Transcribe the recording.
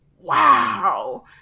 wow